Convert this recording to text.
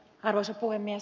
arvoisa puhemies